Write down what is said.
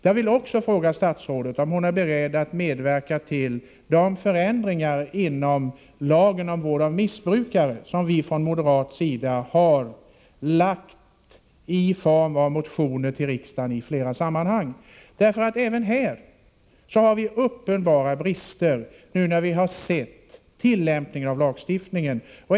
Jag vill också fråga statsrådet om hon är beredd att medverka till de förändringar inom lagen av vård av missbrukare som vi från moderata samlingspartiet lagt fram förslag om i form av motioner till riksdagen i flera sammanhang. Även här finns det uppenbara brister, när man ser på tillämpningen av lagstiftningen.